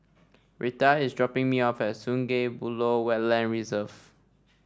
Rheta is dropping me off at Sungei Buloh Wetland Reserve